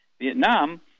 Vietnam